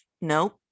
nope